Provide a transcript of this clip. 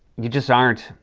you just aren't.